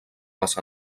les